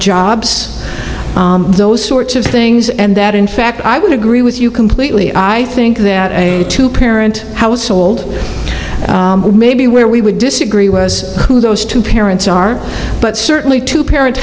jobs those sorts of things and that in fact i would agree with you completely i think that a two parent household maybe where we would disagree was who those two parents are but certainly two parent